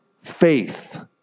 Faith